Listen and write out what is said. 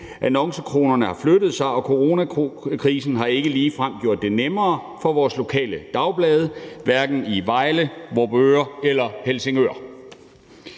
annoncekronerne har flyttet sig, og coronakrisen har ikke ligefrem gjort det nemmere for vores lokale dagblade, hverken i Vejle, Vorupør eller Helsingør.